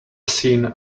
seen